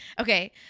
Okay